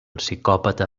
psicòpata